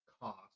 cost